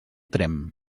tremp